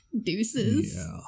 deuces